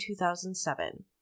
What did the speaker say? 2007